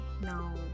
now